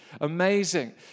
Amazing